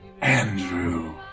Andrew